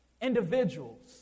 individuals